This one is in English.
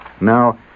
Now